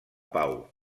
pau